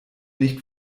nicht